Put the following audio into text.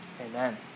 Amen